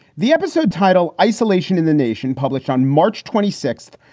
the episode, titled isolation in the nation, published on march twenty six,